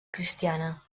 cristiana